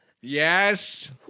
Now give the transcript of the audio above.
Yes